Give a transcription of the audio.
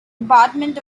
department